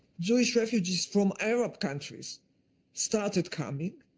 jewish refugees from arab countries started coming,